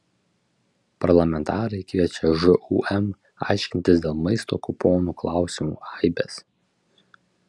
parlamentarai kviečia žūm aiškintis dėl maisto kuponų klausimų aibės